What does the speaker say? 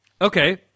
Okay